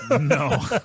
No